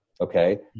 okay